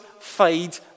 fade